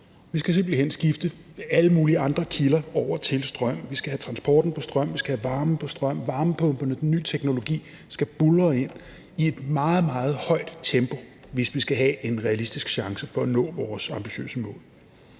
Vi skal simpelt hen skifte alle mulige andre kilder over til strøm. Vi skal have transporten på strøm, og vi skal have varmen på strøm. Varmepumperne og den nye teknologi skal buldre ind i et meget, meget højt tempo, hvis vi skal have en realistisk chance for at nå vores ambitiøse mål.